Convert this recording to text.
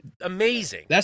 amazing